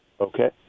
Okay